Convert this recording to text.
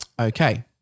okay